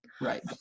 Right